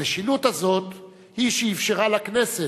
המשילות הזאת היא שאפשרה לכנסת,